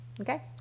okay